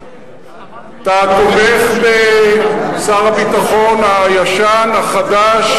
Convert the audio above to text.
אתה תומך בשר הביטחון הישן-החדש,